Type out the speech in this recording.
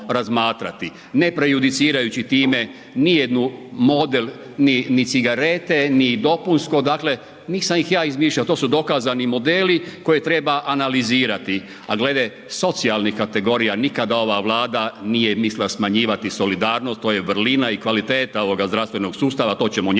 ne prejudicirajući time nijednu model ni, ni cigarete, ni dopunsko, dakle nisam ih ja izmišljao, to su dokazani modeli koje treba analizirati, a glede socijalnih kategorija, nikada ova Vlada nije mislila smanjivati solidarnost, to je vrlina i kvaliteta ovoga zdravstvenog sustava, to ćemo njegovati,